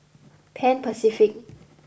Pan Pacific